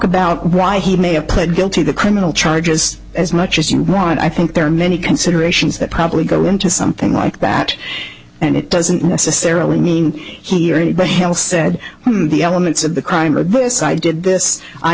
about why he may have pled guilty the criminal charges as much as you want i think there are many considerations that probably go into something like that and it doesn't necessarily mean he or anybody else said the elements of the crime of this i did this i